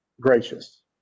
gracious